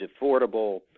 affordable